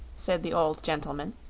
said the old gentleman,